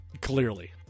Clearly